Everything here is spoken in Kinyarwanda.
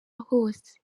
hose